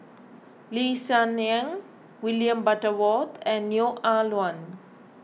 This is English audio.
Lee Hsien Yang William Butterworth and Neo Ah Luan